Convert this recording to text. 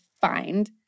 find